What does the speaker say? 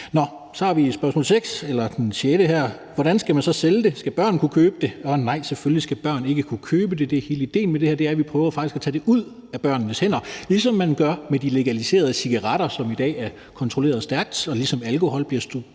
i 1920'erne og 1930'erne i USA. 6) Hvordan skal man så sælge det? Skal børn kunne købe det? Og nej, selvfølgelig skal børn ikke kunne købe det. Hele idéen med det her er, at vi faktisk prøver at tage det ud af børnenes hænder, ligesom man gør det med de legaliserede cigaretter, som i dag er kontrolleret stærkt, og ligesom alkohol bliver